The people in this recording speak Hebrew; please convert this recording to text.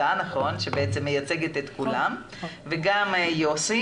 העמותה שמייצגת את כולם, וגם יוסי